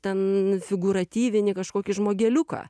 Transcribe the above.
ten figūratyvinį kažkokį žmogeliuką